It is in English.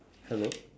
hello